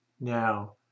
now